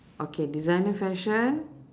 okay designer fashion